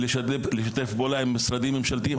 לשתף פעולה עם משרדים ממשלתיים.